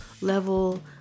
level